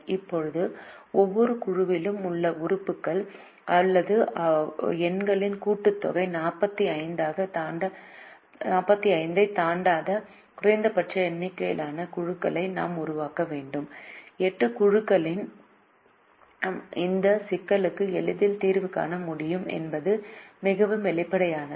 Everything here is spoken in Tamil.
இப்போது ஒவ்வொரு குழுவிலும் உள்ள உறுப்புகள் அல்லது எண்களின் கூட்டுத்தொகை 45 ஐத் தாண்டாத குறைந்தபட்ச எண்ணிக்கையிலான குழுக்களை நாம் உருவாக்க வேண்டும் 8 குழுக்களுடன் இந்த சிக்கலுக்கு எளிதில் தீர்வு காண முடியும் என்பது மிகவும் வெளிப்படையானது